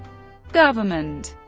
government